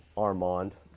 armand.